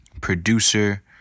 producer